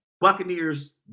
Buccaneers